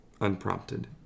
unprompted